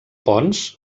ponts